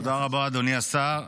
תודה רבה, אדוני השר.